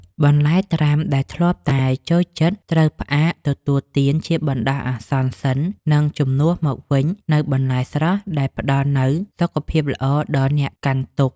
បន្លែត្រាំដែលធ្លាប់តែចូលចិត្តត្រូវផ្អាកទទួលទានជាបណ្ដោះអាសន្នសិន និង ជំនួសមកវិញនូវបន្លែស្រស់ដែលផ្តល់នូវសុខភាពល្អដល់អ្នកកាន់ទុក្ខ។